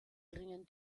dringen